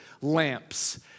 lamps